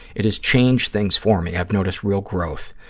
it has changed things for me. i've noticed real growth.